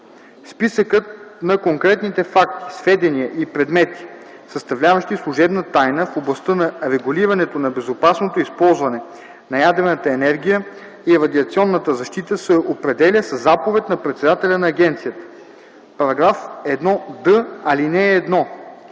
Списъкът на конкретните факти, сведения и предмети, съставляващи служебна тайна в областта на регулирането на безопасното използване на ядрената енергия и радиационната защита, се определя със заповед на председателя на агенцията. § 1д. (1)